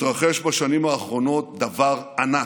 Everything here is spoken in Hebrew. מתרחש בשנים האחרונות דבר ענק,